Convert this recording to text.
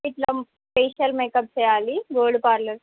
ఇట్లా facial makeup చేయాలి gold parlour